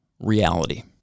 Reality